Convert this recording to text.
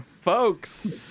folks